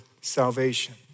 salvation